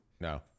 No